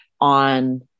on